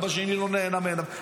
גם בשני לא נעלם מעיניו,